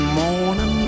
morning